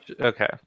Okay